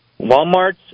Walmart's